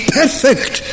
perfect